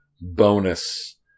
bonus